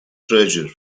treasure